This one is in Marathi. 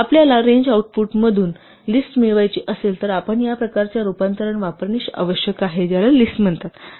आपल्याला रेंज आउटपुटमधून लिस्ट मिळवायची असेल तर आपण या प्रकारच्या रूपांतरण वापरणे आवश्यक आहे ज्याला लिस्ट म्हणतात